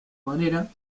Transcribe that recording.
manera